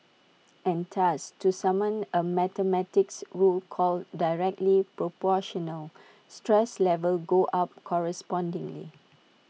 and thus to summon A mathematics rule called directly Proportional stress levels go up correspondingly